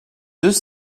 deux